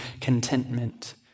contentment